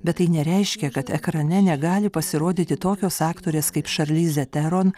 bet tai nereiškia kad ekrane negali pasirodyti tokios aktorės kaip šarlizė teron